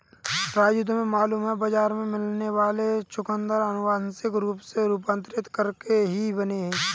राजू तुम्हें मालूम है बाजार में मिलने वाले चुकंदर अनुवांशिक रूप से रूपांतरित करके ही बने हैं